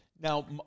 now